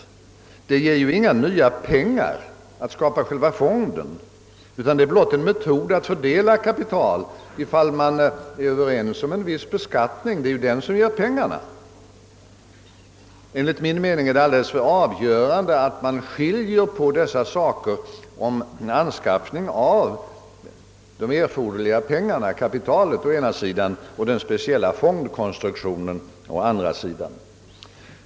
Det ger ju inga nya pengar att organisera själva fonden, utan detta är blott en metod att fördela kapital, ifall man är överens om en viss beskattning; det är ju den som ger pengarna. Enligt min mening är det alldeles avgörande att man skiljer på dessa saker, om anskaffning av de erforderliga pengarna, d. v. s. kapitalet å ena sidan, och den speciella fondkonstruktionen vid medlens fördelning å andra sidan.